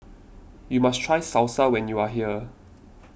you must try Salsa when you are here